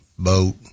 boat